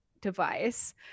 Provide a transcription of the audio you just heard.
device